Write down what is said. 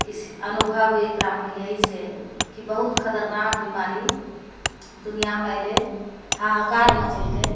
इस अनुभव एकरामे इएह छै कि बहुत खतरनाक बीमारी दुनियामे अएलै हाहाकार मचेलकै